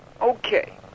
Okay